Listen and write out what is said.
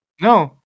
No